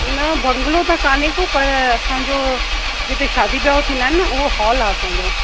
न बंगलो त कोन्हे को पर असांजो जिते शादी विहांव थींदा आहिनि न उहो हॉल आहे असांजो